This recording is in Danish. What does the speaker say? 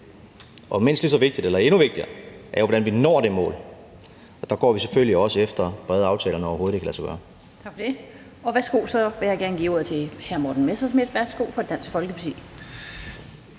og mindst lige så vigtigt eller endnu vigtigere er jo, hvordan vi når det mål, og der går vi selvfølgelig også efter brede aftaler, når det overhovedet kan lade sig gøre. Kl. 16:39 Den fg. formand (Annette Lind): Tak for det. Så vil jeg gerne give ordet til hr. Morten Messerschmidt fra Dansk Folkeparti.